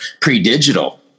pre-digital